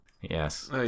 yes